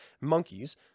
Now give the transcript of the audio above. monkeys